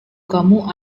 kamu